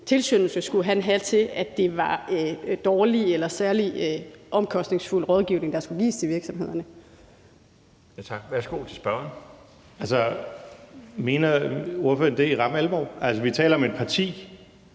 tilskyndelse skulle han have til, at det var dårlig eller særlig omkostningsfuld rådgivning, der skulle gives til virksomhederne?